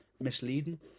misleading